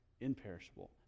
imperishable